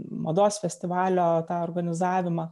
mados festivalio organizavimą